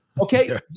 Okay